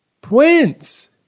Prince